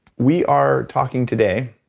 we are talking today